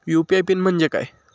UPI pin म्हणजे काय?